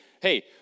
Hey